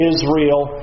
Israel